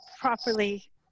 properly